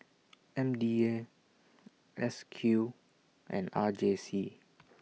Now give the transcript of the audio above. M D A S Q and R J C